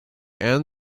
and